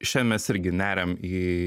šiandien mes irgi neriam į